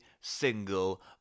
single